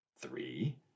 Three